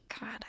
God